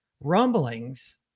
rumblings